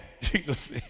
Jesus